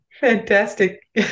Fantastic